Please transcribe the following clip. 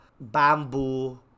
Bamboo